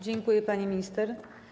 Dziękuję, pani minister.